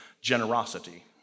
generosity